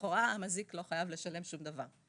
לכאורה המזיק לא חייב לשלם שום דבר.